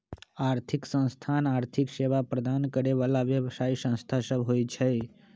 आर्थिक संस्थान आर्थिक सेवा प्रदान करे बला व्यवसायि संस्था सब होइ छै